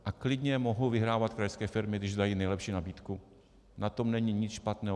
A klidně mohou vyhrávat krajské firmy, když dají nejlepší nabídku, na tom není nic špatného.